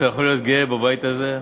שאתה יכול להיות גאה בבית הזה.